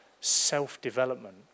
self-development